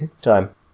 time